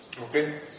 Okay